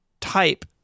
type